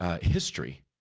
history